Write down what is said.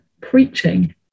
preaching